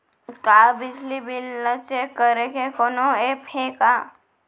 का बिजली बिल ल चेक करे के कोनो ऐप्प हे का?